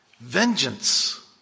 vengeance